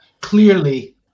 clearly